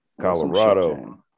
Colorado